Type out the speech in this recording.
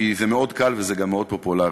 כי זה מאוד קל וזה גם מאוד פופולרי.